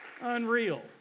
Unreal